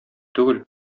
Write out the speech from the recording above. түгел